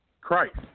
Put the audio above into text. Christ